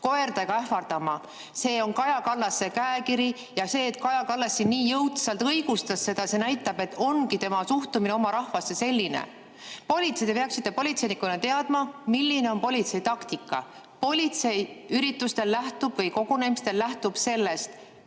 koertega ähvardama. See on Kaja Kallase käekiri ja see, et Kaja Kallas siin nii jõudsalt õigustas seda, see näitab, et tema suhtumine oma rahvasse ongi selline. Te peaksite politseinikuna teadma, milline on politsei taktika. Politsei lähtub üritustel või kogunemistel sellest,